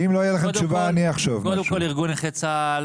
ארגון נכי צה"ל